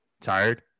tired